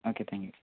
okay thank you